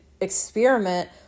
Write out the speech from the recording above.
experiment